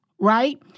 Right